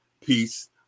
peace